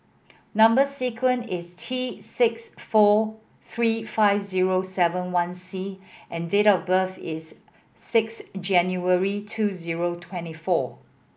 number sequence is T six four three five zero seven one C and date of birth is six January two zero twenty four